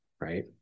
right